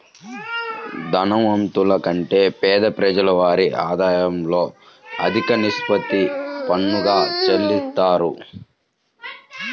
ధనవంతుల కంటే పేద ప్రజలు వారి ఆదాయంలో అధిక నిష్పత్తిని పన్నుగా చెల్లిత్తారు